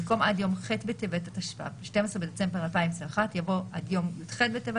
במקום "עד יום ח' בטבת התשפ"ב (12 בדצמבר 2021)" יבוא "עד יום י"ח בטבת